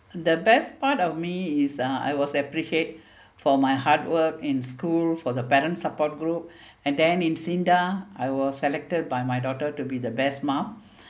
the best part of me is uh I was appreciate for my hard work in school for the parents support group and then in sinda I was selected by my daughter to be the best mom